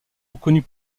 reconnue